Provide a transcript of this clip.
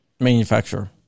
Manufacturer